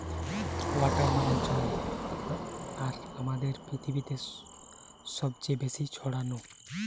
water মানে জল আর আমাদের পৃথিবীতে সবচে বেশি ছড়ানো